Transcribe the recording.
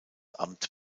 amt